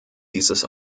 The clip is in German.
dieses